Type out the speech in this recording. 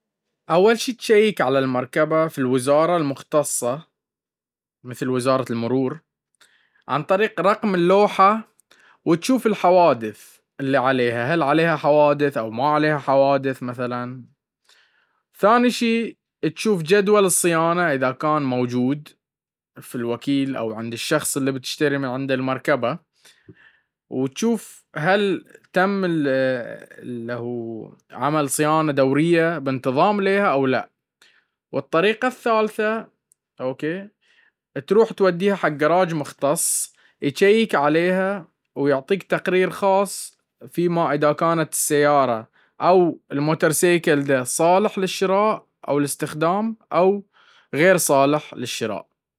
أول شي تشيك على المركبة في الوزارة المختصة عن طريق رقم اللوحة وتشوف الحوادث, ثاني شي تشوف جدول الصيانة اذا كان موجود, ثالثا توديها الى قراج مختص يفحصها ويعطيك تقرير بناءا عليه تقدر تاخذ قرار في الشراء من عدمه.